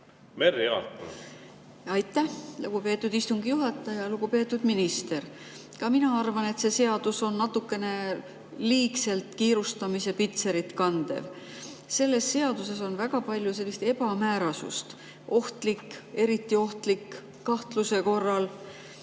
ka kohe. Aitäh, lugupeetud istungi juhataja! Lugupeetud minister! Ka mina arvan, et see seadus on natukene liigse kiirustamise pitserit kandev. Selles seaduses on väga palju ebamäärasust. "Ohtlik", "eriti ohtlik", "kahtluse korral"